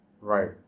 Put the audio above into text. Right